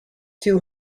too